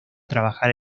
trabajar